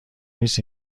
نیست